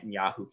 Netanyahu